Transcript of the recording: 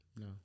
no